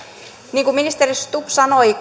niin kuin ministeri stubb sanoi